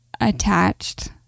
attached